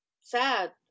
sad